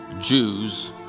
Jews